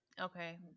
Okay